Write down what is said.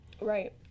Right